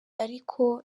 ariko